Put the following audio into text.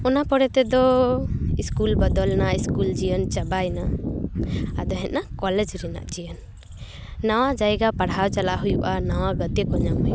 ᱚᱱᱟ ᱯᱚᱨᱮ ᱛᱮᱫᱚ ᱤᱥᱠᱩᱞ ᱵᱚᱫᱚᱞ ᱮᱱᱟ ᱤᱥᱠᱩᱞ ᱡᱤᱭᱚᱱ ᱪᱟᱵᱟᱭᱮᱱᱟ ᱟᱫᱚ ᱦᱮᱡ ᱮᱱᱟ ᱠᱚᱞᱮᱡᱽ ᱨᱮᱱᱟᱜ ᱡᱤᱭᱚᱱ ᱱᱟᱣᱟ ᱡᱟᱭᱜᱟ ᱯᱟᱲᱦᱟᱣ ᱪᱟᱞᱟᱣ ᱦᱩᱭᱩᱜᱼᱟ ᱱᱟᱣᱟ ᱜᱟᱛᱮ ᱠᱚ ᱧᱟᱢᱦᱩᱭᱩᱜᱼᱟ